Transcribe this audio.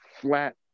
flat